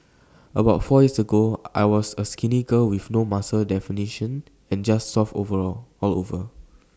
about four years ago I was A skinny girl with no muscle definition and just soft all over